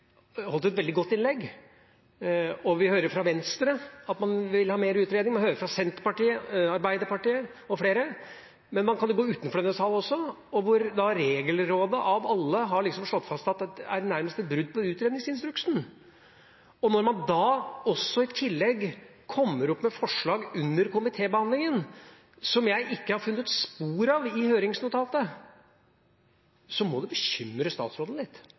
holdt et veldig godt innlegg, og vi hører fra Venstre at man vil ha mer utredning, man hører det fra Senterpartiet, Arbeiderpartiet og flere. Men man kan også gå utenfor denne salen, hvor Regelrådet, av alle, har slått fast at det nærmest er et brudd på utredningsinstruksen. Når man i tillegg kommer med forslag under komitébehandlingen som jeg ikke har funnet spor av i høringsnotatet, må det bekymre statsråden litt